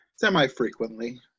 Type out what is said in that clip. semi-frequently